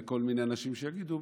לכל מיני אנשים שיגידו,